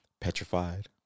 petrified